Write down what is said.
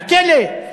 מהכלא?